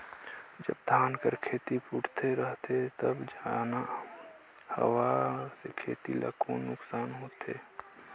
जब धान कर खेती फुटथे रहथे तब जादा हवा से खेती ला कौन नुकसान होथे?